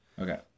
okay